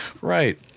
Right